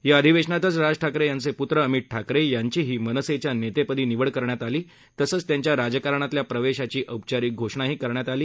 या अधिवेशतानाच राज ठाकरे यांचे प्त्र अमित ठाकरे यांचीही मनसेच्या नेतेपदी निवड करण्यात आली तसंच त्यांच्या राजकारणातल्या प्रवेशाची औपचारीक घोषणाही करण्यात आली